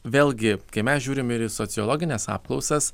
vėlgi kai mes žiūrim ir į sociologines apklausas